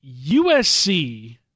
USC